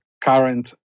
current